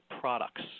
products